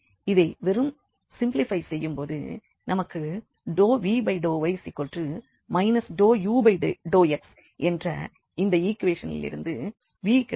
இதை வெறும் சிம்ப்லிஃபை செய்யும்போது நமக்கு ∂v∂y∂u∂x என்ற இந்த ஈக்குவேஷனிலிருந்து v கிடைக்கிறது